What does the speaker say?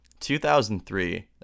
2003